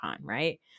right